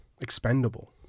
expendable